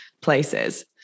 places